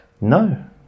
No